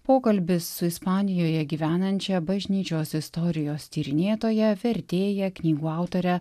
pokalbis su ispanijoje gyvenančia bažnyčios istorijos tyrinėtoja vertėja knygų autore